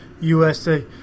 USA